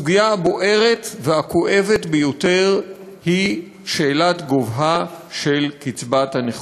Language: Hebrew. הסוגיה הבוערת והכואבת ביותר היא שאלת גובהה של קצבת הנכות.